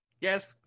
Yes